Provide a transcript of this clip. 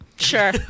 Sure